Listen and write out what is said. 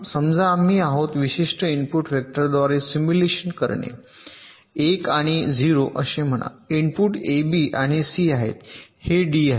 समजा आम्ही आहोत विशिष्ट इनपुट वेक्टरद्वारे सिम्युलेशन करणे 1 आणि 0 असे म्हणा इनपुट एबी आणि सी आहेत हे डी आहे